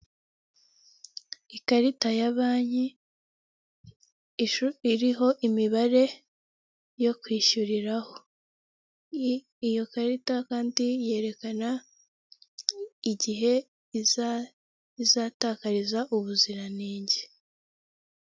Ikarita ya banki iriho imibare yo kwishyuriraho iyo karita kandi yerekana igihe izatakariza ubuziranenge .